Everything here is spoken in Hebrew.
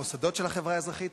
המוסדות של החברה האזרחית.